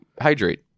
hydrate